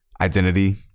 identity